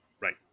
Right